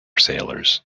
sailors